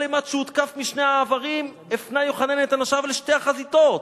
כל אימת שהותקף משני העברים הפנה יוחנן את אנשיו לשתי החזיתות,